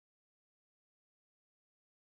school for my ngee ann-poly